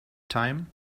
time